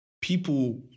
People